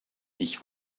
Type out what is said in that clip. ich